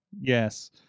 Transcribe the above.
yes